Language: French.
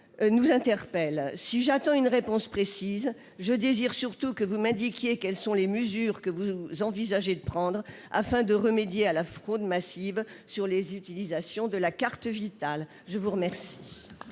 nous interpelle. Si j'attends une réponse précise, je désire surtout que vous m'indiquiez les mesures que vous envisagez de prendre afin de remédier à la fraude massive sur les utilisations de la carte Vitale. La parole